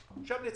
מענה, חד וחלק.